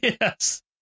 yes